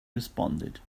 responded